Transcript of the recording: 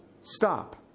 Stop